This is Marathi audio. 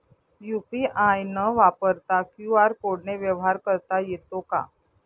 यू.पी.आय न वापरता क्यू.आर कोडने व्यवहार करता येतो का?